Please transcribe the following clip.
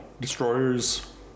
destroyers